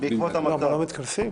לא מתכנסים?